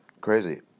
crazy